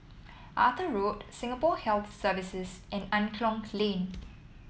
Arthur Road Singapore Health Services and Angklong Lane